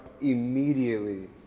Immediately